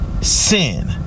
Sin